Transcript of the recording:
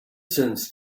since